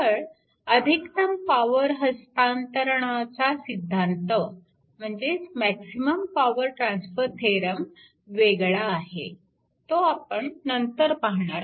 केवळ अधिकतम पॉवर हस्तांतरणाचा सिद्धांत maximum power transfer theorem maximum power transfer theorem वेगळा आहे तो आपण नंतर पाहणार आहोत